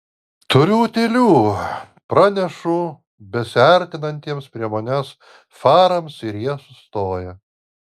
turiu utėlių pranešu besiartinantiems prie manęs farams ir jie sustoja